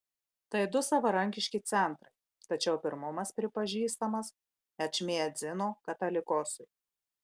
tai du savarankiški centrai tačiau pirmumas pripažįstamas ečmiadzino katolikosui